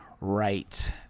right